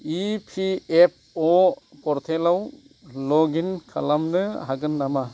E P F O पर्टेलाव log in खालामनो हागोन नामा